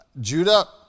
Judah